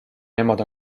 nemad